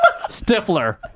Stifler